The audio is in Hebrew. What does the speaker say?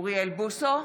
אוריאל בוסו,